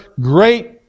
great